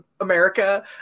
America